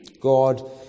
God